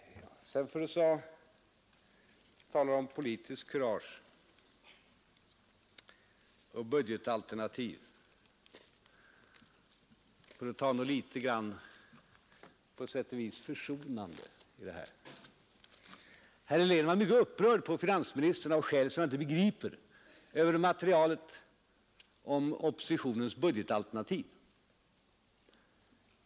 Herr Helén talade om politiskt kurage och budgetalternativ, för att ta något som på sätt och vis ändå var litet grand försonande. Herr Helén var mycket upprörd över finansministern, av skäl som jag inte begriper. Det gällde materialet till oppositionens budgetalternativ.